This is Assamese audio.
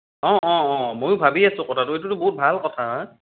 অ অ অ ময়ো ভাবি আছোঁ কথাটো এইটোতো বহুত ভাল কথা